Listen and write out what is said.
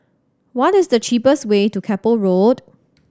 what is the cheapest way to Keppel Road